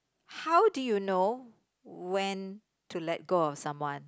how do you know when to let go of someone